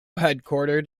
headquartered